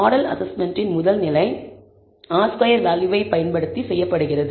model அசஸ்மெண்ட்டின் முதல் நிலை R ஸ்கொயர் வேல்யூவை பயன்படுத்தி செய்யப்படுகிறது